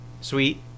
sweet